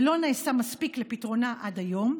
ולא נעשה מספיק לפתרונה עד היום.